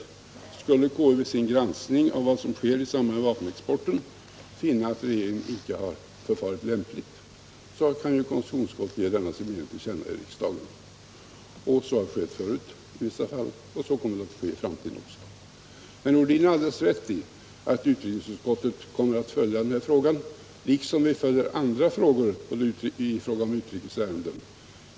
Skulle konstitutionsutskottet vid sin granskning av vad som sker i samband med vapenexporten finna att regeringen inte har förfarit lämpligt, så kan utskottet ge denna sin mening till känna för riksdagen. Så har skett förut i vissa fall, och så kommer att ske i framtiden också. Herr Nordin har alldeles rätt i att utrikesutskottet kommer att följa den här frågan liksom vi följer andra frågor när det gäller utrikes ärenden.